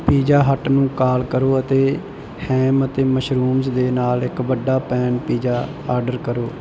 pizza Hut ਨੂੰ call ਕਰੋ ਅਤੇ ਹੈਮ ਅਤੇ ਮਸ਼ਰੂਮਜ਼ ਦੇ ਨਾਲ ਇੱਕ ਵੱਡਾ ਪੈਨ ਪੀਜ਼ਾ ਆਰਡਰ ਕਰੋ